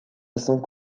cinq